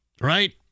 right